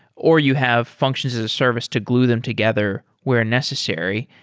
or you have functions as a service to glue them together where necessary.